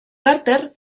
carter